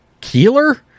Keeler